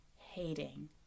hating